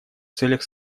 целях